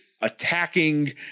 attacking